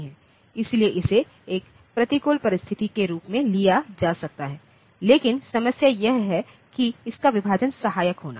इसलिए इसे एक प्रतिकूल परिस्थिति के रूप में लिया जा सकता है लेकिन समस्या यह है कि इसका विभाजन सहायक होना